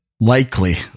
Likely